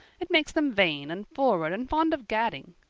it makes them vain and forward and fond of gadding.